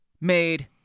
made